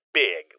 big